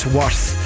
worth